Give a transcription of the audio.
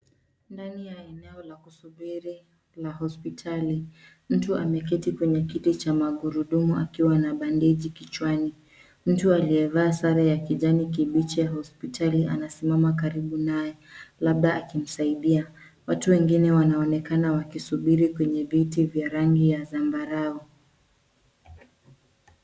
Ndani ya eneo la kusubiri la hospitali. Mtu ameketi kwenye kiti cha magurudumu akiwa na bendeji kichwani. Mtu aliyevaa sare ya kijani kibichi ya hospitali anasimama karibu naye labda akimsaidia. Watu wengine wanaonekana wakisuburi kwenye viti vya rangi ya zambarau.